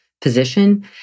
position